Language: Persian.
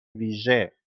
ویژه